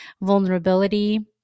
vulnerability